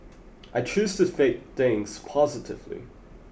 I choose to fake things positively